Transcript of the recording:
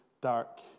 dark